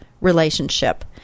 relationship